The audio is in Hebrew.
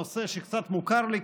נושא שקצת מוכר לי,